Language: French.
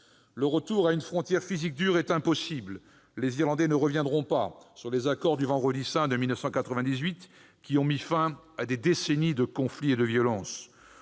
Le retour à une frontière physique « dure » est impossible. Les Irlandais ne reviendront pas sur les accords du Vendredi saint, qui, en 1998, ont mis fin à des décennies de conflits et de violences.